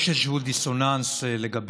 יש איזשהו דיסוננס בדבר